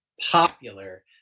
popular